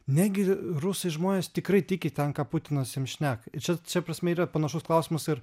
negi rusai žmonės tikrai tiki ten ką putinas jiems šneka ir čia šia prasme yra panašus klausimas ir